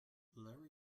larry